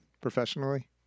professionally